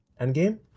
endgame